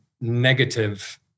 negative